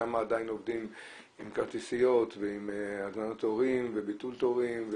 שם עדיין עובדים עם כרטיסיות ועם הזמנת תורים וביטול תורים,